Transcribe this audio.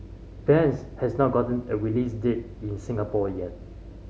bends has not gotten a release date in Singapore yet